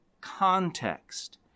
context